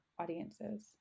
Audiences